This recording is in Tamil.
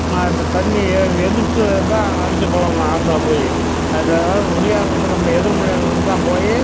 அந்த தண்ணி எதிர் எதிர்த்து தான் அடித்து பழகுணும் ஆற்றுல போய் அதில் எதாவது முடியாமல் இருக்க நம்ம எதிர்முனையில் இருந்து தான் போய்